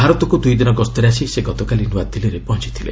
ଭାରତକୁ ଦୁଇ ଦିନ ଗସ୍ତରେ ଆସି ସେ ଗତକାଲି ନ୍ତଆଦିଲ୍ଲୀରେ ପହଞ୍ଚଥିଲେ